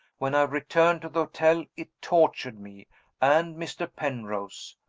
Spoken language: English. when i returned to the hotel it tortured me and mr. penrose,